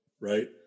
right